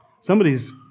somebody's